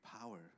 power